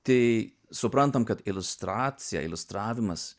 tai suprantam kad iliustracija iliustravimas